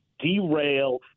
derail